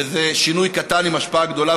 וזה שינוי קטן עם השפעה גדולה,